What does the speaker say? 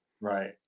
Right